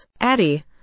Addie